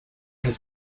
has